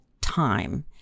time